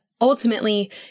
ultimately